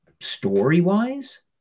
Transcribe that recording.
story-wise